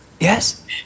Yes